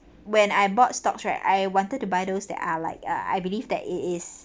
when I bought stocks right I wanted to buy those that are like ah I believe that it is